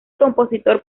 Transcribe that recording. compositor